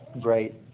great